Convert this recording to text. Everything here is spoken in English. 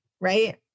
right